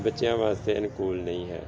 ਬੱਚਿਆਂ ਵਾਸਤੇ ਅਨੁਕੂਲ ਨਹੀਂ ਹੈ